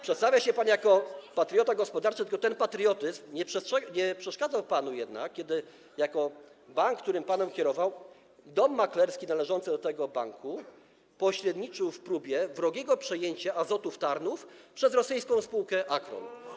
Przedstawia się pan jako patriota gospodarczy, tylko że ten patriotyzm nie przeszkadzał panu jednak, kiedy bank, którym pan kierował - dom maklerski należący do tego banku - pośredniczył w próbie wrogiego przejęcia Azotów Tarnów przez rosyjską spółkę Acron.